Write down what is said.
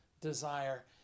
desire